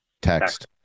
Text